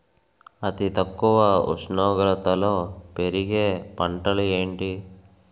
అతి తక్కువ ఉష్ణోగ్రతలో పెరిగే పంటలు ఏంటి?